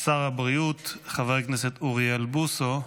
שר הבריאות חבר הכנסת אוריאל בוסו,